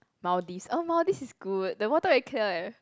Maldives oh Maldives is good the water very clear eh